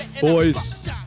Boys